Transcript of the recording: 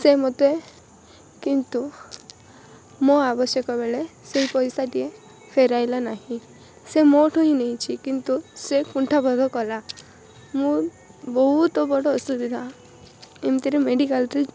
ସେ ମୋତେ କିନ୍ତୁ ମୋ ଆବଶ୍ୟକ ବେଳେ ସେଇ ପଇସା ଟିଏ ଫେରାଇଲା ନାହିଁ ସେ ମୋଠୁ ହିଁ ନେଇଛି କିନ୍ତୁ ସେ କୁଣ୍ଠାବୋଧ କଲା ମୁଁ ବହୁତ ବଡ଼ ଅସୁବିଧା ଏମିତିରେ ମେଡ଼ିକାଲରେ